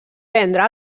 vendre